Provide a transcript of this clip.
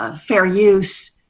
ah fair use.